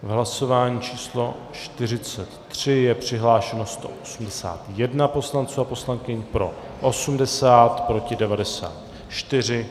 V hlasování číslo 43 je přihlášeno 181 poslanců a poslankyň, pro 80, proti 94.